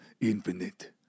infinite